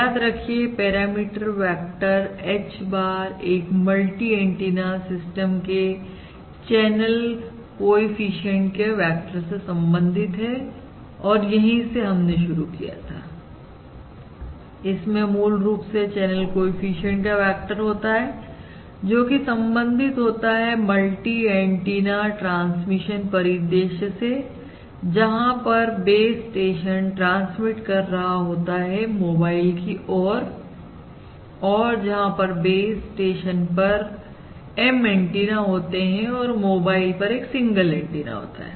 याद रखिए parameter vector H bar एक मल्टी एंटीना सिस्टम के चैनल को एफिशिएंट के वेक्टर से संबंधित हैऔर यहीं से हमने शुरू किया था इसमें मूल रूप से चैनल कोएफिशिएंट का वेक्टर होता है जोकि संबंधित होता है मल्टी एंटीना ट्रांसमिशन परिदृश्य से जहां पर बेस स्टेशन ट्रांसमिट कर रहा होता है मोबाइल की ओर और जहां पर बेस स्टेशन पर M एंटीना होते हैं और मोबाइल पर एक सिंगल एंटीना होता है